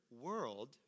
world